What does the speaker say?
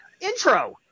intro